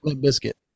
biscuit